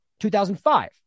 2005